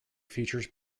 features